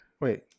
wait